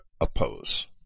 oppose